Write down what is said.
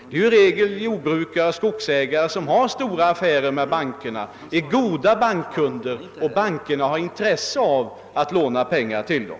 Det är i regel jordbrukare och skogsägare som har stora affärer med bankerna. De är goda bankkunder, och bankerna har intresse av att låna ut pengar till dem.